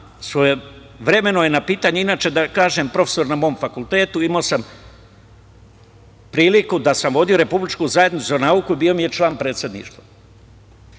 svojevremeno je na pitanja…Inače, da kažem, profesor na mom fakultetu, imao sam priliku da sam vodio Republičku zajednicu za nauku, bio mi je član predsedništva